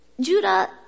Judah